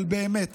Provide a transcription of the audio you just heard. אבל באמת.